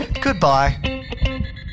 Goodbye